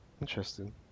interesting